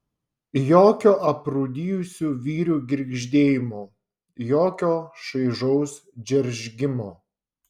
jokio aprūdijusių vyrių girgždėjimo jokio šaižaus džeržgimo